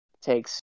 takes